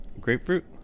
Grapefruit